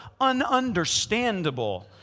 ununderstandable